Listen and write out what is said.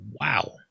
wow